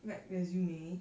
write resume